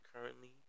currently